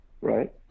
right